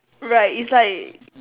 right it's like